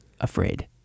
afraid